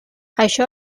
això